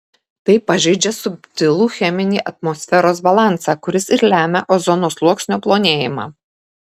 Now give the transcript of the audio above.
tai pažeidžia subtilų cheminį atmosferos balansą kuris ir lemia ozono sluoksnio plonėjimą